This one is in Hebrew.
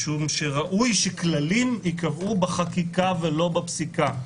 משום שראוי שכללים ייקבעו בחקיקה ולא בפסיקה.